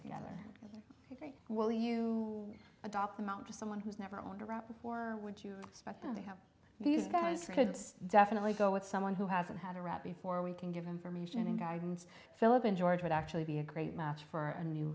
together while you adopt them out to someone who's never owned a rapper or would you expect them to have these guys could definitely go with someone who hasn't had a rat before we can give information and guidance philip and george would actually be a great match for a new